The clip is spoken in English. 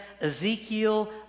Ezekiel